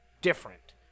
different